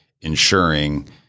ensuring